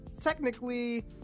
technically